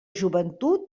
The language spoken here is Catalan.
joventut